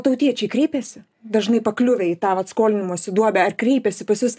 tautiečiai kreipiasi dažnai pakliuvę į tą vat skolinimosi duobę ar kreipiasi pas jus